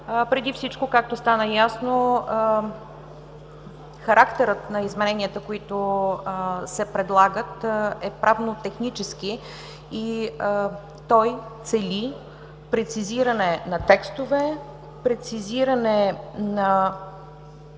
Преди всичко, както стана ясно, характерът на измененията, които се предлагат, е правнотехнически и той цели прецизиране на текстове, прецизиране на